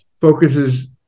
focuses